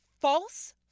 false